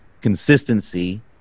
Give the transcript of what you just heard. consistency